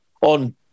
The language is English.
on